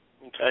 okay